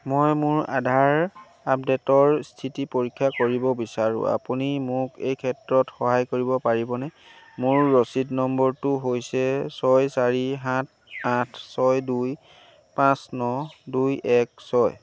মই মোৰ আধাৰ আপডেটৰ স্থিতি পৰীক্ষা কৰিব বিচাৰোঁ আপুনি মোক এই ক্ষেত্ৰত সহায় কৰিব পাৰিবনে মোৰ ৰচিদ নম্বৰটো হৈছে ছয় চাৰি সাত আঠ ছয় দুই পাঁচ ন দুই এক ছয়